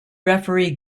referee